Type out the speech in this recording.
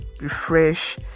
refresh